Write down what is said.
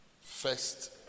First